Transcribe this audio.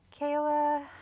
Kayla